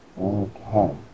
Okay